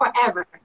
forever